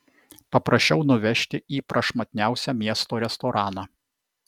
paprašiau nuvežti į prašmatniausią miesto restoraną